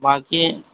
باقی